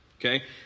Okay